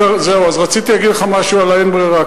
זהו, אז רציתי להגיד לך משהו על ה"אין ברירה".